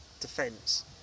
defence